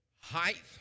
Height